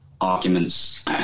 arguments